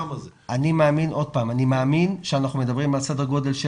אני מאמין שאנחנו מדברים על סדר גודל של